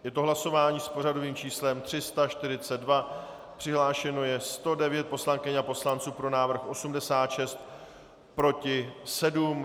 Je to hlasování s pořadovým číslem 342, přihlášeno je 109 poslankyň a poslanců, pro návrh 86, proti 7.